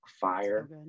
fire